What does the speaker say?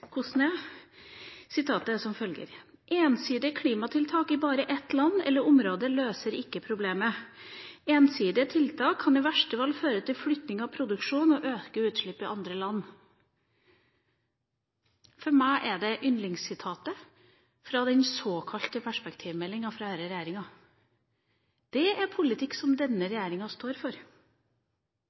hvordan dette er. Sitatet er som følger: «… ensidige tiltak i bare ett land eller område løser ikke problemet. Ensidige tiltak kan i verste fall føre til flytting av produksjon og økte utslipp i andre land». For meg er det yndlingssitatet fra den såkalte perspektivmeldinga fra denne regjeringa. Dette er politikk som denne regjeringa står for.